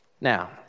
Now